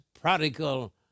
prodigal